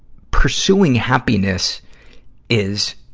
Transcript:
pursuing happiness is,